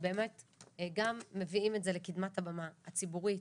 שבאמת גם מביאים את זה לקדמת הבמה הציבורית,